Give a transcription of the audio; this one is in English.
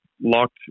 locked